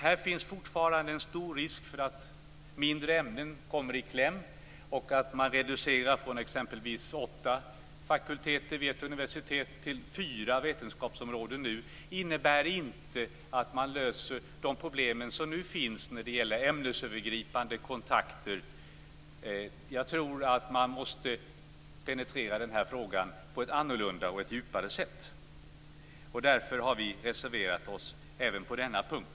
Det finns fortfarande en stor risk för att mindre ämnen kommer i kläm och att man reducerar från exempelvis åtta fakulteter vid ett universitet till fyra vetenskapsområden. Det innebär inte att man löser de problem som nu finns när det gäller ämnesövergripande kontakter. Jag tror att man måste penetrera denna fråga på ett annorlunda och djupare sätt. Därför har vi reserverat oss även på denna punkt.